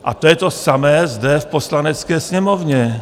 A to je to samé zde v Poslanecké sněmovně.